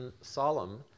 solemn